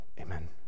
Amen